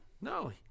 No